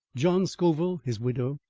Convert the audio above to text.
john scoville, his widow,